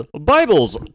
Bibles